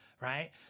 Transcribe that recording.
Right